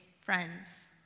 friends